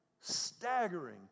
staggering